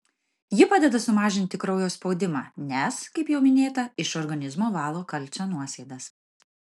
ji padeda sumažinti kraujo spaudimą nes kaip jau minėta iš organizmo valo kalcio nuosėdas